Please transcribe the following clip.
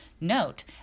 Note